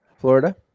Florida